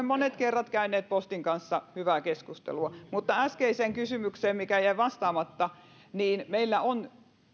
monet kerrat käyneet postin kanssa hyvää keskustelua äskeiseen kysymykseen mikä jäi vastaamatta meillä on